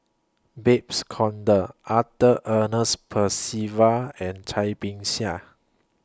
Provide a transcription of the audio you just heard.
Babes Conde Arthur Ernest Percival and Cai Bixia